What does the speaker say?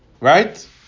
Right